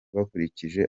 bakurikije